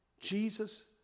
Jesus